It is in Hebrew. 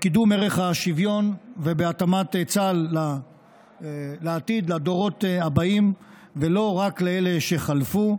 קידום ערך השוויון והתאמת צה"ל לעתיד לדורות הבאים ולא רק לאלה שחלפו,